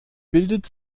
bildet